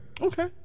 okay